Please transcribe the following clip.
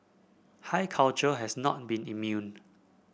high culture has not been immune